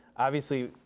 obviously,